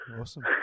Awesome